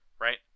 right